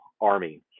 Army